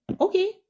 Okay